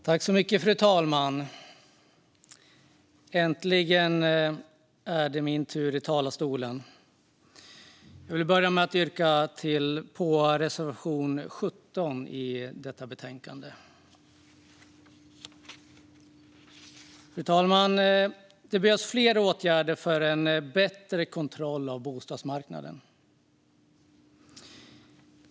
Fru talman! Äntligen är det min tur i talarstolen! Jag vill börja med att yrka bifall till reservation 17 i betänkandet. Det behövs fler åtgärder för en bättre kontroll av bostadsmarknaden.